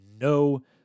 no